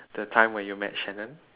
that time when you met Shannon